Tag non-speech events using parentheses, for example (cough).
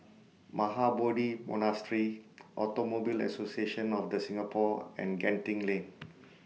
Mahabodhi Monastery (noise) Automobile Association of The Singapore and Genting Lane